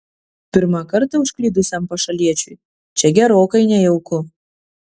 pirmą kartą užklydusiam pašaliečiui čia gerokai nejauku